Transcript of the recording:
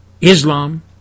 Islam